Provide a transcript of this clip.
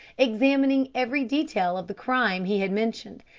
examining every detail of the crime he had mentioned,